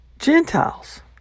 Gentiles